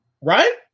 Right